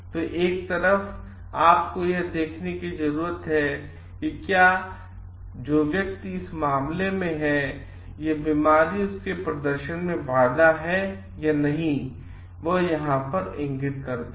तो एक तरफ आपको यह देखने की जरूरत है कि क्या जो व्यक्ति इस मामले में है यह बीमारी उसके प्रदर्शन में बाधा है या नहींवह यहाँ पर इंगित करता है